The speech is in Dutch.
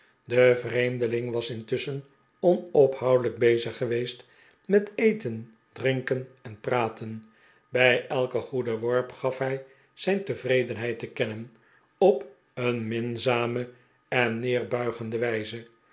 de vreemdeling was intusschen onophoudelijk bezig geweest met eten drinken en praten bij elken goeden worp gaf hij zijn tevredenheid te kennen op een minzame en neerbuigende wijze